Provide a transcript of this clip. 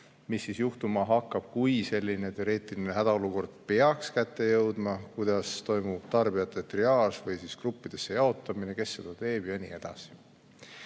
mis siis juhtuma hakkab, kui selline teoreetiline hädaolukord peaks kätte jõudma, kuidas toimub tarbijate triaaž või gruppidesse jaotamine, kes seda teeb jne.